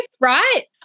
right